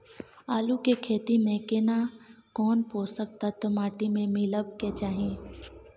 आलू के खेती में केना कोन पोषक तत्व माटी में मिलब के चाही?